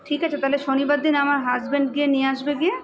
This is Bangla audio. ঠিক আছে তাহলে শনিবার দিন আমার হাজব্যান্ড গিয়ে নিয়ে আসবে গিয়ে